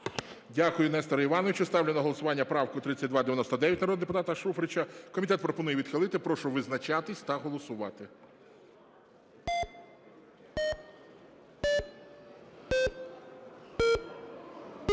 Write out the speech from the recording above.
Дякую, Несторе Івановичу. Ставлю на голосування правку 3300 народного депутата Шуфрича. Комітет пропонує її відхилити. Прошу визначатися та голосувати.